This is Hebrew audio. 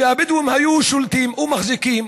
שהבדואים היו שולטים או מחזיקים,